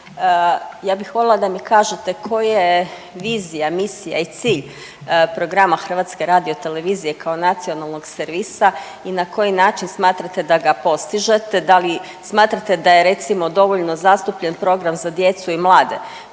Ja bih voljela da mi kažete koja je vizija, misija i cilj programa Hrvatske radio-televizije kao nacionalnog servisa i na koji način smatrate da ga postižete, da li smatrate da je recimo dovoljno zastupljen program za djecu i mlade?